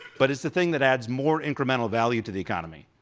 but it's the thing that adds more incremental value to the economy.